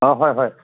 অঁ হয় হয়